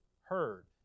heard